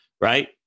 right